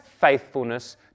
faithfulness